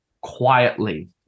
quietly